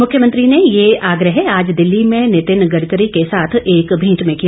मुख्यमंत्री ने यह आग्रह आज दिल्ली में नितिन गडकरी के साथ एक भेंट में किया